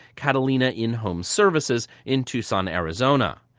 catalina in-home services in tucson, arizona.